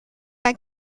bei